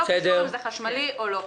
לא קשור אם זה חשמלי או לא חשמלי.